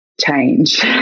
change